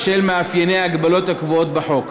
בשל מאפייני ההגבלות הקבועות בתקנות.